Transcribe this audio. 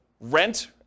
rent